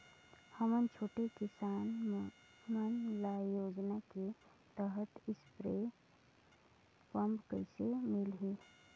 हमन छोटे किसान मन ल योजना के तहत स्प्रे पम्प कइसे मिलही?